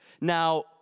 Now